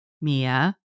Mia